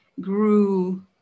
grew